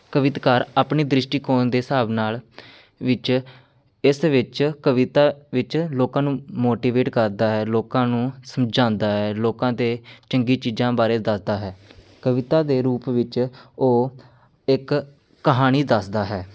ਕਵਿਤਕਾਰ ਆਪਣੇ ਦ੍ਰਿਸ਼ਟੀਕੋਣ ਦੇ ਹਿਸਾਬ ਨਾਲ ਵਿੱਚ ਇਸ ਵਿੱਚ ਕਵਿਤਾ ਵਿੱਚ ਲੋਕਾਂ ਨੂੰ ਮੋਟੀਵੇਟ ਕਰਦਾ ਹੈ ਲੋਕਾਂ ਨੂੰ ਸਮਝਾਉਂਦਾ ਹੈ ਲੋਕਾਂ 'ਤੇ ਚੰਗੀ ਚੀਜ਼ਾਂ ਬਾਰੇ ਦੱਸਦਾ ਹੈ ਕਵਿਤਾ ਦੇ ਰੂਪ ਵਿੱਚ ਉਹ ਇੱਕ ਕਹਾਣੀ ਦੱਸਦਾ ਹੈ